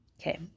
Okay